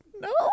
No